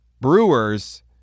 Brewers